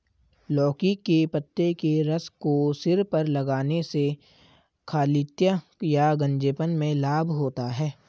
लौकी के पत्ते के रस को सिर पर लगाने से खालित्य या गंजेपन में लाभ होता है